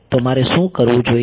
તો મારે શું કરવું જોઈએ